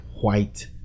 white